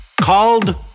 called